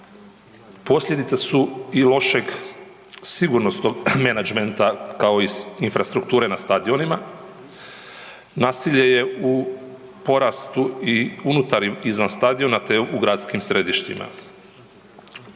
posljedica su i lošeg sigurnosnog menadžmenta, kao i infrastrukture na stadionima. Nasilje je u porastu i unutar i izvan stadiona te u gradskim središtima.